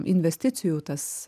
investicijų tas